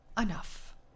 Enough